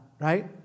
right